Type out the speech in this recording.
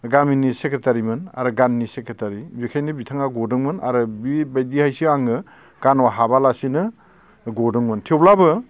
गामिनि सेक्रेटारिमोन आरो गाननि सेक्रेटारि बेखायनो बिथाङा गदोंमोन आरो बि बायदिया इसे आङो गानाव हाबालासिनो गदोंमोन थेवब्लाबो